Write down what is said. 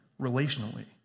relationally